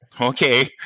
Okay